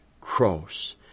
cross